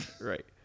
Right